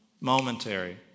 momentary